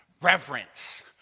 reverence